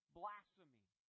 blasphemy